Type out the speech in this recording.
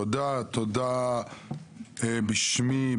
תודה בשמי,